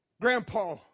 grandpa